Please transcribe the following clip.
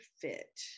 fit